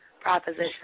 proposition